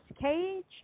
Cage